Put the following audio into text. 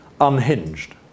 unhinged